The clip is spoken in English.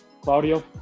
claudio